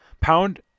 Pound